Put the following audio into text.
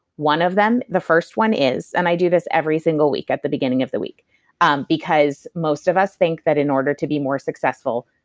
one of them, the first one is. and i do this every single week at the beginning of the week um because most of us think that in order to be more successful,